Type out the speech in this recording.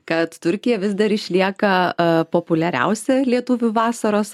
kad turkija vis dar išlieka a populiariausia lietuvių vasaros